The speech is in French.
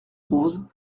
rose